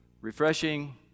refreshing